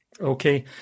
Okay